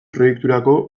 proiekturako